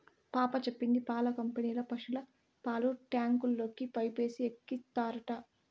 పాప చెప్పింది పాల కంపెనీల పశుల పాలు ట్యాంకుల్లోకి పైపేసి ఎక్కిత్తారట